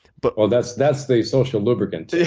but well, that's that's the social lubricant.